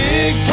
Big